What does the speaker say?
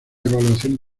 evaluación